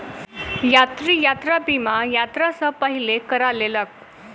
यात्री, यात्रा बीमा, यात्रा सॅ पहिने करा लेलक